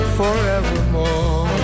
forevermore